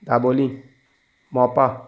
Dabolim Mopa